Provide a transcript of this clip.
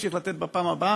נמשיך לתת בפעם הבאה,